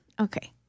Okay